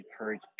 encourage